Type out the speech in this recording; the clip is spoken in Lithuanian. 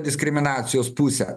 diskriminacijos pusę